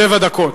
שבע דקות.